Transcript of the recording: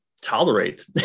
tolerate